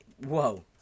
Whoa